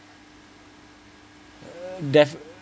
def~